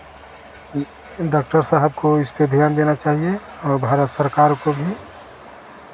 doctor साहब को इस पे ध्यान देना चाहिए और भारत सरकार को भी